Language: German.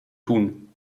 tun